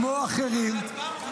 כמו אחרים,